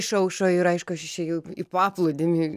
išaušo ir aišku aš išėjau į paplūdimį